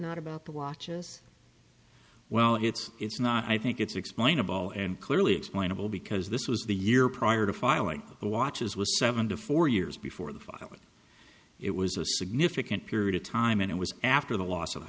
not about the watches well it's it's not i think it's explainable and clearly explainable because this was the year prior to filing the watches was seven to four years before the filing it was a significant period of time and it was after the loss of the